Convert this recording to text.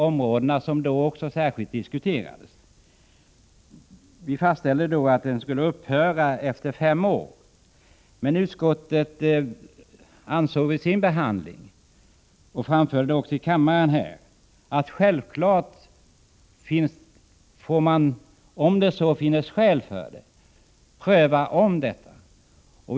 Riksdagen har beslutat att rätten till denna undervisning skulle upphöra efter fem år. Utskottet ansåg vid sin behandling — och framförde det också till kammaren — att en omprövning skulle ske om skäl förelåg.